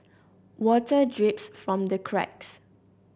water drips from the cracks